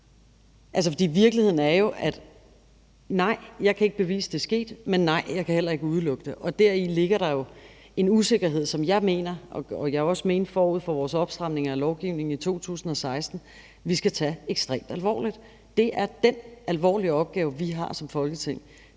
ikke sket. Virkeligheden er jo, at nej, jeg kan ikke bevise, det er sket, og nej, jeg kan heller ikke udelukke det. Deri ligger der jo en usikkerhed, som jeg mener – og det mente jeg også forud for vores opstramning af lovgivningen i 2016 – vi skal tage ekstremt alvorligt. Det er den alvorlige opgave, vi har som Folketing,